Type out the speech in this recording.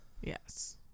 Yes